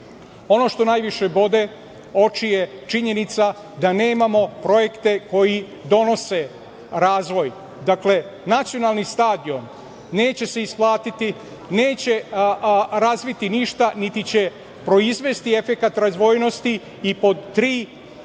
što najviše bode oči je činjenica da nemamo projekte koji donose razvoj. Nacionalni stadion neće se isplatiti, neće razviti ništa, niti će proizvesti efekat razvojnosti i pod tri, on ne